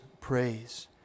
praise